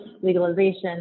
legalization